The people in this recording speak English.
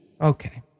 Okay